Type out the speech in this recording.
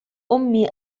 أمي